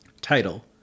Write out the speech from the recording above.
Title